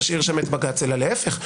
תשאיר שם את בג"ץ אלא להפך.